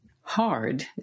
hard